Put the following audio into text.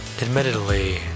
Admittedly